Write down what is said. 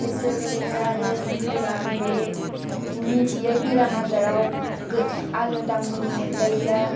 बिसोरो बिदिनो आरो सोरबा बि मिन्थियै बेराम आजाराव गो आलादा मुलि मोनजायोब्ला